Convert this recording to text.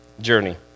journey